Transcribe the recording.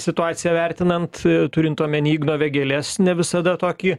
situaciją vertinant turint omeny igno vėgėlės ne visada tokį